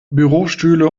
bürostühle